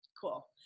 cool